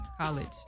College